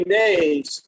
days